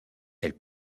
elle